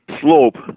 slope